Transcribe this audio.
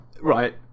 right